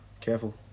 Careful